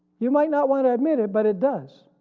you might not want to admit it but it does.